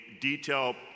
detailed